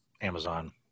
Amazon